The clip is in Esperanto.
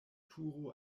turo